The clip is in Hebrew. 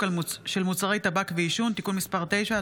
של מוצרי טבק ועישון (תיקון מס' 9),